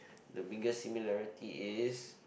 the biggest similarity is